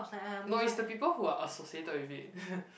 no it's the people who are associated with it